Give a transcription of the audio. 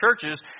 churches